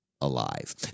alive